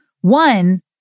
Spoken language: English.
One